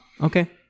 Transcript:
Okay